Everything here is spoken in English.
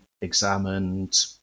examined